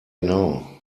now